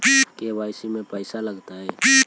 KYC में पैसा लगतै?